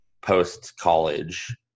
post-college